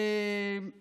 כי